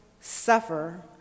suffer